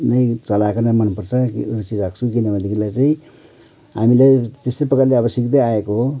नै चलाएको नै मन पर्छ रुचि राख्छु किनभने देखिलाई चाहिँ हामीले त्यस्तै प्रकारले अब सिक्दै आएको हो